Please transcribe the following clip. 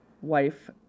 wife